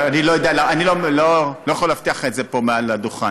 אני לא יכול להבטיח לך את זה פה, מעל הדוכן,